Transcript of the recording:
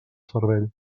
servei